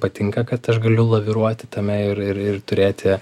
patinka kad aš galiu laviruoti tame ir ir ir turėti